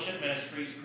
Ministries